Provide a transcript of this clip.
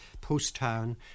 post-town